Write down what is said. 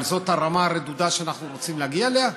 אבל זאת הרמה הרדודה שאנחנו רוצים להגיע אליה?